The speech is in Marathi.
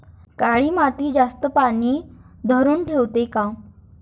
काळी माती जास्त पानी धरुन ठेवते का?